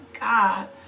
God